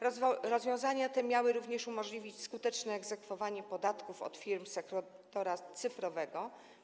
Rozwiązania te miały również umożliwić skuteczne egzekwowanie podatków od firm sektora cyfrowego.